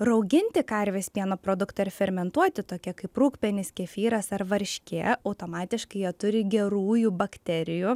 rauginti karvės pieno produktai ir fermentuoti tokie kaip rūgpienis kefyras ar varškė automatiškai jie turi gerųjų bakterijų